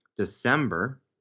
December